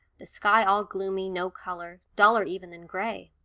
the sky all gloomy no-colour, duller even than gray.